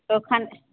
ওখান